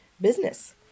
business